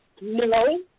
No